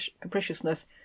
capriciousness